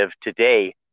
today